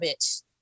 bitch